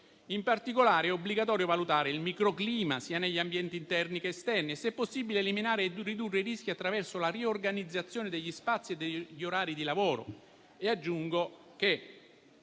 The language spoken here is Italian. In particolare, è obbligatorio valutare il microclima sia negli ambienti interni che esterni e, se possibile, eliminare o ridurre i rischi attraverso la riorganizzazione degli spazi e degli orari di lavoro.